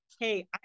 Hey